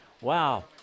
Wow